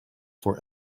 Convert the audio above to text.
for